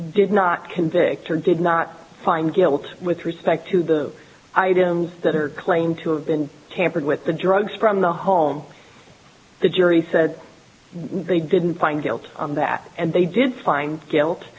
did not convict or did not find guilt with respect to the items that are claimed to have been tampered with the drugs from the home the jury said they didn't find guilty on that and they did find guilt